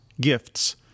gifts